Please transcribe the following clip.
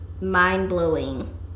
mind-blowing